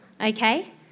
okay